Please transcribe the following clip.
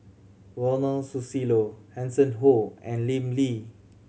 Ronald Susilo Hanson Ho and Lim Lee